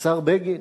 השר בגין,